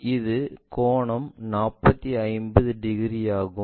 இந்த கோணம் 45 டிகிரி ஆகும்